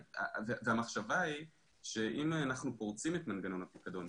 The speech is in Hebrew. המחשבה היא שאם אנחנו פורצים את מנגנון הפיקדון,